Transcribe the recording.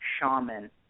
shaman